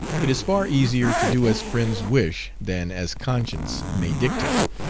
it is far easier to do as friends wish than as conscience may dictate,